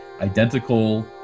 identical